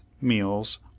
meals